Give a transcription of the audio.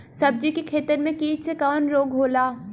सब्जी के खेतन में कीट से कवन रोग होला?